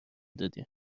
دادیم